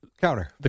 counter